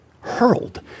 hurled